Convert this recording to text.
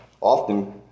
often